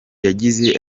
yagize